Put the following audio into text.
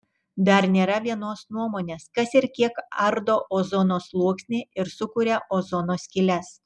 dar nėra vienos nuomonės kas ir kiek ardo ozono sluoksnį ir sukuria ozono skyles